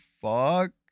fuck